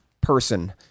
person